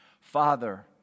Father